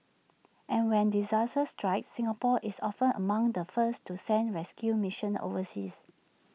and when disaster strikes Singapore is often among the first to send rescue missions overseas